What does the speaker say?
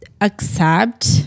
accept